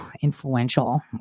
influential